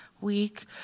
week